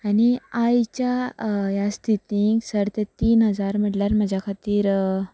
आनी आयजच्या ह्या स्थितीन सर तें तीन हजार म्हटल्यार म्हज्या खातीर